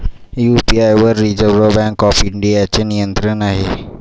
UPI वर reserve bank of इंडियाचे नियंत्रण आहे